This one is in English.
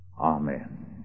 amen